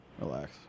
Relax